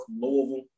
Louisville